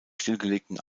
stillgelegten